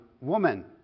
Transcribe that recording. woman